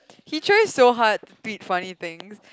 he tries so hard to be funny things